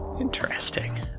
Interesting